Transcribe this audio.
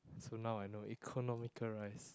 so now I know economical rice